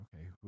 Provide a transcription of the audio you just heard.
okay